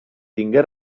tingué